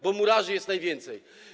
Bo murarzy jest najwięcej.